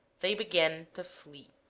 they began to flee.